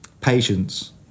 Patience